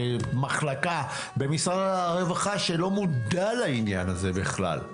מחלקה במשרד הרווחה שלא מודע לעניין הזה בכלל.